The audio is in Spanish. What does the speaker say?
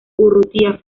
urrutia